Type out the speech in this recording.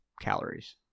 calories